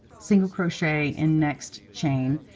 single crochet in next chain,